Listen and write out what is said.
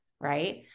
Right